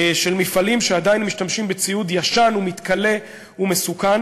של מפעלים שעדיין משתמשים בציוד ישן ומתכלה ומסוכן.